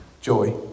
Joy